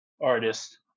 artist